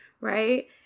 right